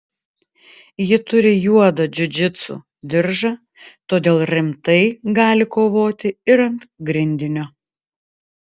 ji turi juodą džiudžitsu diržą todėl rimtai gali kovoti ir ant grindinio